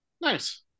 nice